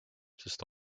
sest